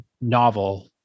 novel